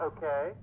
Okay